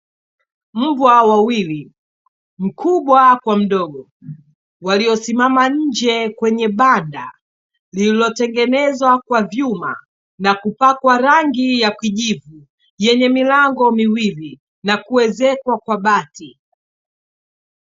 Mbwa wawili mkubwa kwa mdogo waliosimama nje kwenye banda lililotengenezwa kwa vyuma, na kupakwa rangi ya kijivu yenye milango miwili na kuezekwa kwa bati.